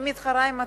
אני מתחרה עם עצמי,